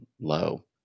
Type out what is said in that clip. low